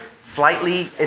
Slightly